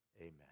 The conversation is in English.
amen